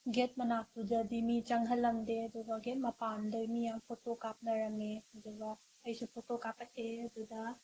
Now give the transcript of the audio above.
get ꯃꯅꯥꯛꯇꯨꯗꯗꯤ ꯃꯤ ꯆꯪꯍꯟꯂꯝꯗꯦ ꯑꯗꯨꯒ ꯒꯦꯠ ꯃꯄꯥꯟꯗ ꯃꯤ ꯌꯥꯝ ꯐꯣꯇꯣ ꯀꯥꯞꯅꯔꯝꯃꯤ ꯑꯗꯨꯒ ꯑꯩꯁꯨ ꯐꯣꯇꯣ ꯀꯥꯞꯄꯛꯑꯦ ꯑꯗꯨꯗ